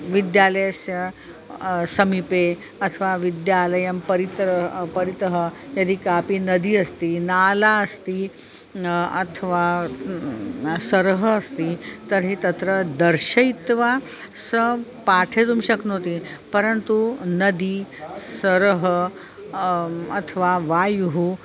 विद्यालयस्य समीपे अथवा विद्यालयं परितः परितः यदि कापि नदी अस्ति नाला अस्ति अथवा सरः अस्ति तर्हि तत्र दर्शयित्वा सः पाठयितुं शक्नोति परन्तु नदी सरः अथवा वायुः